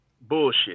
bullshit